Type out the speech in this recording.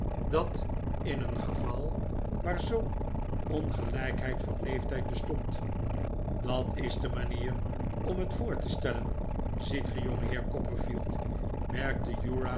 dat in een geval waar zoo'n ongelijkheid van leeftijd bestond dat is de manier om het voor te stellen ziet ge jongeheer copperfield merkte